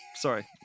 Sorry